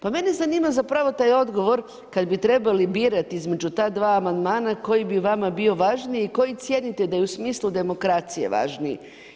Pa mene zanima zapravo, taj odgovor, kad bi trebali birati između ta dva amandmana, koji bi vama bio važniji i koji cijenite da je u smislu demokracije važniji.